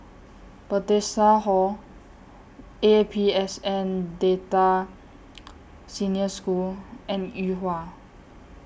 Bethesda Hall A P S N Delta Senior School and Yuhua